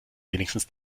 wenigstens